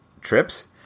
trips